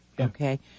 Okay